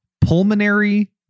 pulmonary